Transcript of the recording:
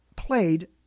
played